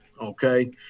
okay